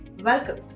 Welcome